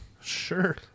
sure